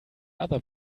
other